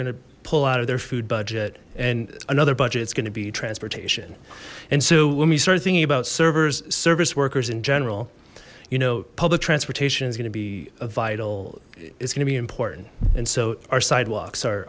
gonna pull out of their food budget and another budget it's gonna be transportation and so when we start thinking about servers service workers in general you know public transportation is going to be a vital it's gonna be important and so our sidewalks o